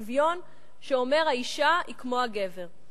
שוויון שאומר: האשה היא כמו הגבר.